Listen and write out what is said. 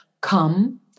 come